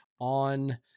on